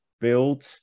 build